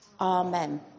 Amen